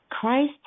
Christ